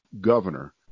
governor